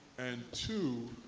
and two,